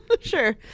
sure